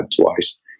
twice